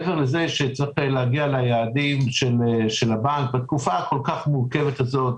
מעבר לזה שצריך להגיע ליעדים של הבנק בתקופה הכל כך מורכבת הזאת,